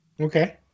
okay